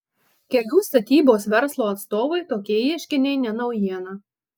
kelių statybos verslo atstovui tokie ieškiniai ne naujiena